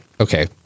okay